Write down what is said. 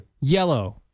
Yellow